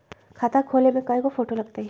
खाता खोले में कइगो फ़ोटो लगतै?